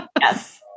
Yes